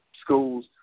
schools